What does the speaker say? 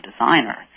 designer